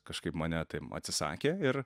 kažkaip mane ten atsisakė ir